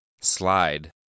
Slide